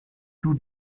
too